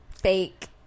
fake